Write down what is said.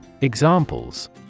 Examples